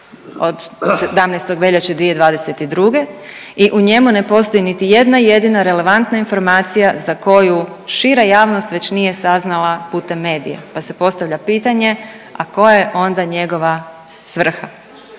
od 17. veljače 2022. i u njemu ne postoji niti jedna jedina relevantna informaciju za koju šira javnost već nije saznala putem medija pa se postavlja pitanje, a koja je onda njegova svrha.